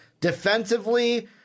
Defensively